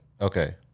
Okay